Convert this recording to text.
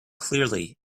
clearly